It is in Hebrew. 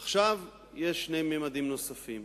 עכשיו, יש שני ממדים נוספים.